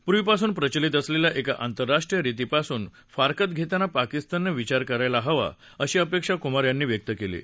पूर्वीपासून प्रचलित असलेल्या एका आंतरराष्ट्रीय रीतीपासून फारकत घेताना पाकिस्ताननं विचार करायला हवा अशी अपेक्षा कुमार यांनी व्यक्त केली आहे